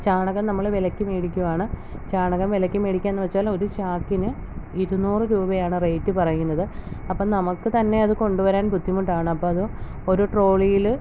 ചാണകം നമ്മൾ വിലയ്ക്ക് മേടിക്കുവാണ് ചാണകം വിലയ്ക്ക് മേടിക്കുക എന്ന് വച്ചാൽ ഒരു ചാക്കിന് ഇരുനൂറ് രൂപയാണ് റേയ്റ്റ് പറയുന്നത് അപ്പം നമുക്ക് തന്നെ അത് കൊണ്ടു വരാൻ ബുദ്ധിമുട്ടാണ് അപ്പം അത് ഒരു ട്രോളിയിൽ